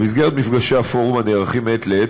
במסגרת מפגשי הפורום הנערכים מעת לעת,